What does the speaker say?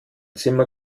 zimmer